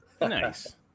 Nice